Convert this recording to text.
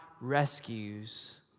rescues